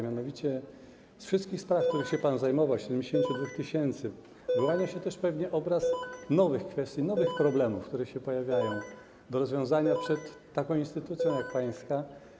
Mianowicie, z wszystkich spraw, którymi się pan zajmował, 72 tys., wyłania się też pewnie obraz nowych kwestii, nowych problemów, które pojawiają się do rozwiązania przed taką instytucją jak pańska.